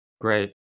Great